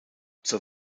zur